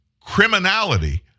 criminality